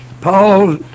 Paul